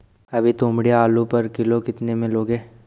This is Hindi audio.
अभी तोमड़िया आलू पर किलो कितने में लोगे?